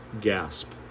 gasp